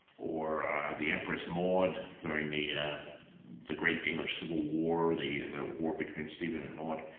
or the empress maude during the the great english civil war, the the war between steven and maude,